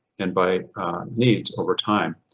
and by needs over time.